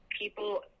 people